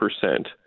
percent